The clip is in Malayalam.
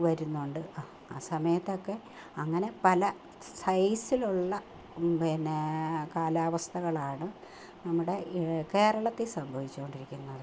വരുന്നുണ്ട് അസമയത്തൊക്കെ അങ്ങനെ പല സൈസിലുള്ള പിന്നെ കാലാവസ്ഥകളാണ് നമ്മുടെ കേരളത്തിൽ സംഭവിച്ചു കൊണ്ടിരിക്കുന്നത്